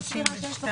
אנחנו